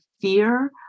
fear